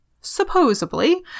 supposedly